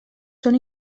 són